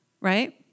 Right